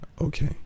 okay